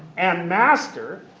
and master,